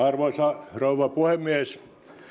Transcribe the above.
arvoisa rouva puhemies